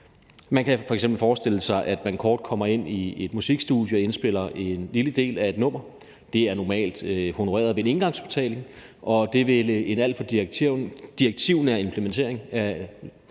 Man kan f.eks. forestille sig, at man kort kommer ind i et musikstudie og indspiller en lille del af et nummer. Det er normalt honoreret ved en engangsbetaling, og det ville en alt for direktivnær implementering af